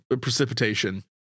precipitation